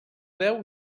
deu